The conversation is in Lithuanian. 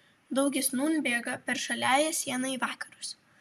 daugis nūn bėga per žaliąją sieną į vakarus